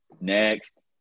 Next